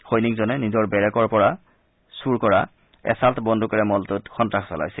সৈনিক জনে নিজৰ বেৰেকৰ পৰা চুৰি কৰা এছআম্ট বন্দুকেৰে মলটোত সন্তাস চলাইছিল